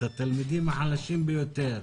את התלמידים החלשים ביותר,